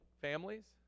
families